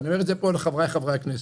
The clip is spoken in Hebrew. ואני אומר את זה פה לחבריי חברי הכנסת.